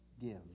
give